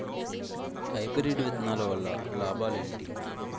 Hybrid విత్తనాలు వల్ల లాభాలు ఏంటి?